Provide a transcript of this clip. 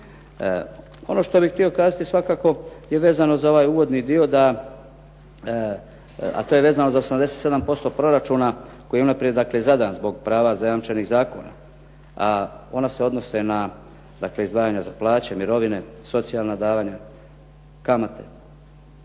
Ono što bih htio kazati svakako je vezano za ovaj uvodni dio da, a to je vezano za 87% proračuna koji je unaprijed dakle zadan zbog prava zajamčenih zakona, a ona se odnose na dakle izdvajanja za plaće, mirovine, socijalna davanja, kamate,